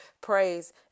praise